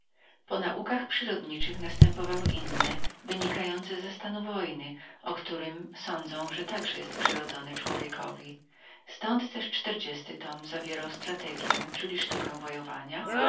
po tych umiejętnościach przyrody następowały inne wynikające ze stanu wojny o którym sądzą że także jest przyrodzonym człowiekowi ztąd też y tom zawierał strategją czyli sztukę wojowania